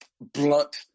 blunt